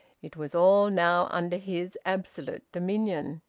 it was all now under his absolute dominion.